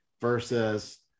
versus